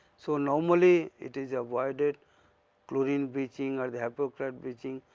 so, normally it is avoided chlorine bleaching or the hypochloride bleaching.